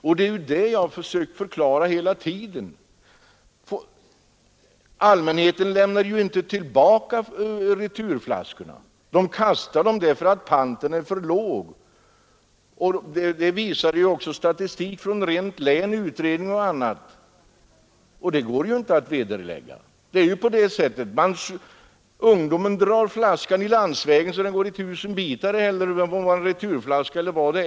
Jag har hela tiden försökt tala om att allmänheten inte återlämnar returflaskorna därför att panten är för låg. Det visar också statistiken från Rent-län-utredningen och andra utredningar, och det går inte att vederlägga det. Ungdomen kastar flaskan på landsvägen så att den går i tusen bitar, oavsett om det är en returflaska eller ej.